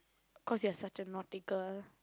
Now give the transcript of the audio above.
cause you are such a naughty girl